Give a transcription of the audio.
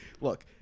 look